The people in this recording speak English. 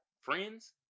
friends